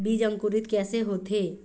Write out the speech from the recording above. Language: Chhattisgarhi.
बीज अंकुरित कैसे होथे?